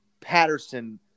Patterson